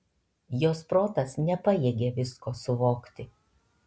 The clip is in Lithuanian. jos protas nepajėgė visko suvokti